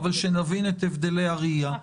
שנבין את הבדלי הראייה.